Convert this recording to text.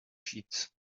sheets